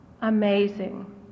amazing